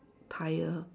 tyre